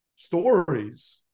Stories